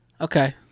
Okay